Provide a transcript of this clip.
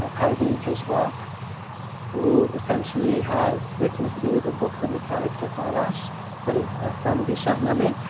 ah parvin pijvak who essentially has written a series of books on the character arash that is from the shahnameh,